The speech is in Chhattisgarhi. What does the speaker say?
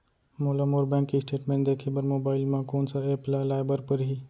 मोला मोर बैंक स्टेटमेंट देखे बर मोबाइल मा कोन सा एप ला लाए बर परही?